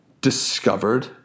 discovered